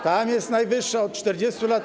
Tam jest najwyższa od 40 lat.